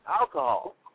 alcohol